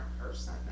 person